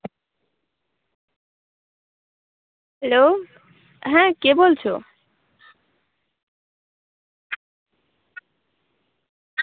hello হ্যাঁ কে বলছো